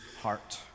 heart